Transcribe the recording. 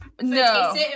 No